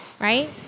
Right